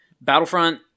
Battlefront